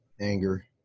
anger